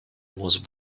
was